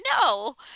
no